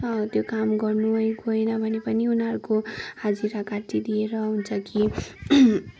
त्यो काम गर्नु है गएन भने पनि उनीहरूको हाजिरा काटिदिएर हुन्छ कि